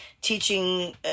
teaching